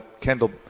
Kendall